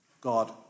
God